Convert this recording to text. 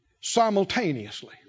simultaneously